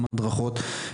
גם הדרכות.